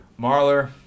Marler